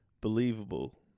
believable